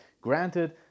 Granted